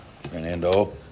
Fernando